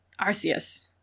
arceus